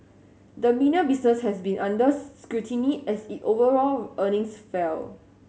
the media business has been under scrutiny as it overall earnings fell